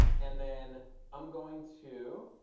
and then i'm going to